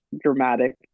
dramatic